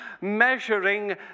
measuring